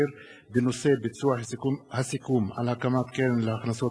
בנושא: ביצוע הסיכום על הקמת קרן להכנסות